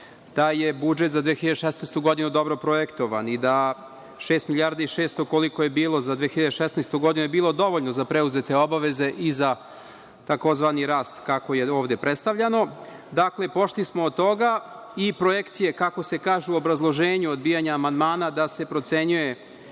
da je budžet za 2016. godinu dobro projektovan i da šest milijardi i 600, koliko je bilo za 2016. godinu je bilo dovoljno za preuzete obaveze i za takozvani rast, kako je ovde predstavljano. Dakle, pošli smo od toga i projekcije, kako se kaže u obrazloženju odbijanja amandmana, da se procenjuje